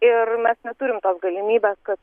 ir mes neturim galimybės kad